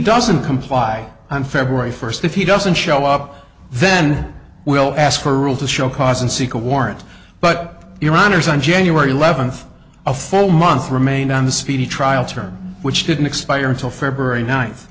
doesn't comply on february first if he doesn't show up then we'll ask for rule to show cause and seek a warrant but your honors on january eleventh a full month remain on the speedy trial term which didn't expire until february ninth